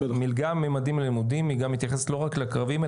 המלגה "ממדים ללימודים" היא גם מתייחסת לא רק לקרביים,